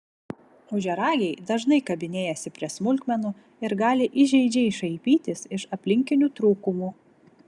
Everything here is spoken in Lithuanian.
ožiaragiai dažnai kabinėjasi prie smulkmenų ir gali įžeidžiai šaipytis iš aplinkinių trūkumų